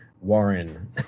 Warren